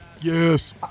Yes